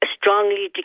strongly